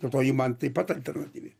dėl to ji man taip pat alternatyvi